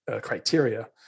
criteria